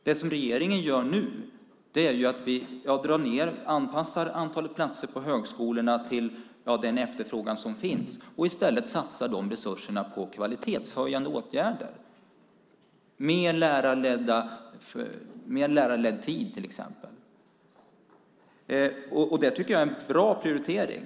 Det som regeringen nu gör är att dra ned och anpassa antalet platser på högskolorna till den efterfrågan som finns och i stället satsa de resurserna på kvalitetshöjande åtgärder, till exempel mer lärarledd tid. Det tycker jag är en bra prioritering.